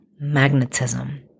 magnetism